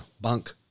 bunk